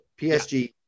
PSG